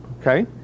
okay